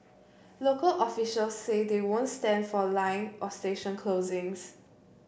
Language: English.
local officials say they won't stand for line or station closings